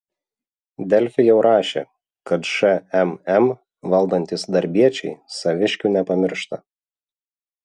delfi jau rašė kad šmm valdantys darbiečiai saviškių nepamiršta